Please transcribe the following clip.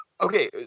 Okay